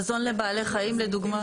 מזון לבעלי חיים לדוגמה.